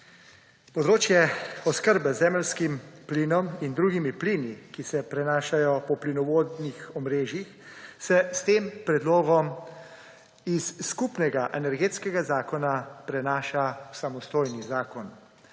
Področje oskrbe z zemeljskim plinom in drugimi plini, ki se prenašajo po plinovodnih omrežjih, se s tem predlogom iz skupnega Energetskega zakona prenaša v samostojni zakon.